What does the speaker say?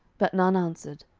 but none answered.